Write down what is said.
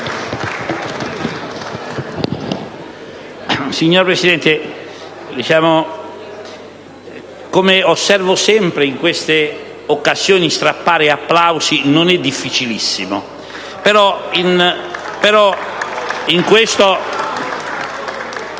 Signor Presidente, come osservo sempre, in queste occasioni strappare applausi non è difficilissimo *(Applausi